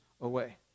away